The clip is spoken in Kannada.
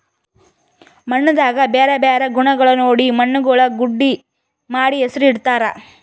ಮಣ್ಣದಾಗ್ ಬ್ಯಾರೆ ಬ್ಯಾರೆ ಗುಣಗೊಳ್ ನೋಡಿ ಮಣ್ಣುಗೊಳ್ ಗುಡ್ಡಿ ಮಾಡಿ ಹೆಸುರ್ ಇಡತ್ತಾರ್